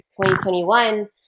2021